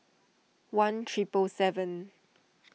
one triple seven